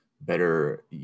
better